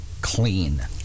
clean